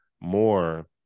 more